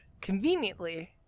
conveniently